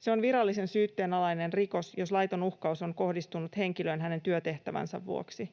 Se on virallisen syytteen alainen rikos, jos laiton uhkaus on kohdistunut henkilöön hänen työtehtävänsä vuoksi.